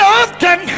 often